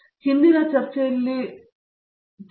ಪ್ರತಾಪ್ ಹರಿಡೋಸ್ ಹಿಂದಿನ ಚರ್ಚೆಯಲ್ಲಿ ಹೌದು ಹೌದು